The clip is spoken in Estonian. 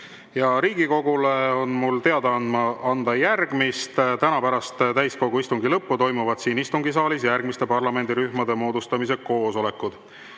Riigikogule on mul teada anda järgmist. Täna pärast täiskogu istungi lõppu toimuvad siin istungisaalis järgmiste parlamendirühmade moodustamise koosolekud: